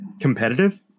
competitive